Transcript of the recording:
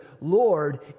lord